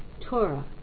Torah